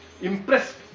impressed